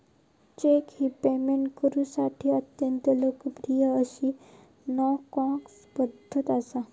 check ही payment करुसाठी अत्यंत लोकप्रिय अशी नो कॅश पध्दत असा